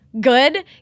Good